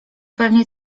pewnie